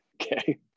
Okay